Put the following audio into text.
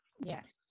Yes